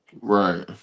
Right